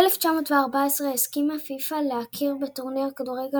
ב-1914 הסכימה פיפ"א להכיר בטורניר הכדורגל